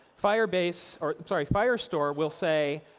firebase or sorry firestore will say,